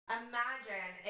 imagine